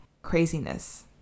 craziness